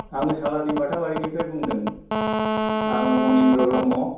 आङो सालारनि बाथाबारिनिफ्राय बुंदों आङो मनिन्द्र' ब्रह्म